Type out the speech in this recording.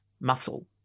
muscle